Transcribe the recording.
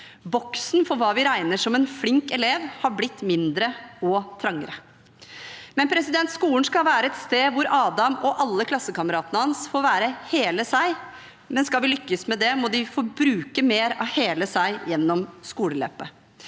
Boksen for hva vi regner som en flink elev, har blitt mindre og trangere. Skolen skal være et sted hvor Adam og alle klassekameratene hans får være hele seg, men skal vi lykkes med det, må de få bruke mer av hele seg gjennom skoleløpet.